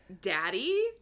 daddy